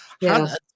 Yes